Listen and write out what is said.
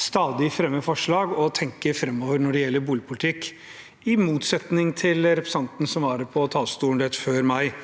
stadig fremmer forslag og tenker framover når det gjelder boligpolitikk, i motsetning til representanten som var på talerstolen rett